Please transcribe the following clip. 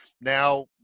now